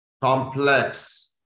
complex